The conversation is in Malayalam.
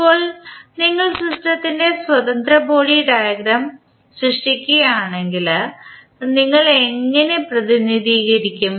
ഇപ്പോൾ നിങ്ങൾ സിസ്റ്റത്തിൻറെ സ്വതന്ത്ര ബോഡി ഡയഗ്രം സൃഷ്ടിക്കുകയാണെങ്കിൽ നിങ്ങൾ എങ്ങനെ പ്രതിനിധീകരിക്കും